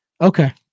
okay